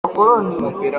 umupira